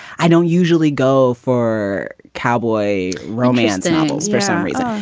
i don't usually go for cowboy romance and novels for some reason.